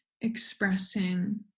expressing